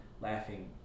laughing